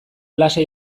lasai